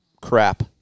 crap